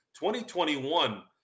2021